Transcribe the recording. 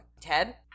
Ted